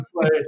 play